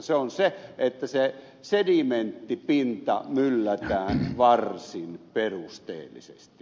se on se että se sedimenttipinta myllätään varsin perusteellisesti